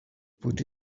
put